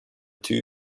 two